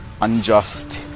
unjust